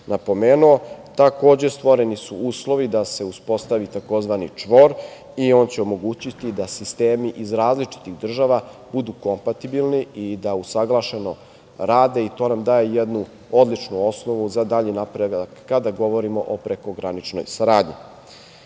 napomenuo. Takođe, stvoreni su uslovi da se uspostavi tzv. čvor i on će omogućiti da sistemi iz različitih država budu kompatibilni i da usaglašeno rade i to nam daje jednu odličnu osnovu za dalji napredak kada govorimo o prekograničnoj saradnji. Sve